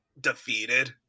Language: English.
defeated